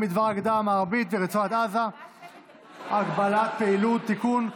בדבר הגדה המערבית ורצועת עזה (הגבלת פעילות) (תיקון,